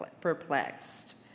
perplexed